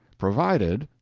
provided,